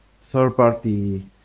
third-party